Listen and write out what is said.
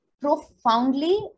profoundly